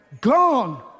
Gone